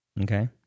Okay